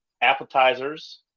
appetizers